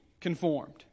conformed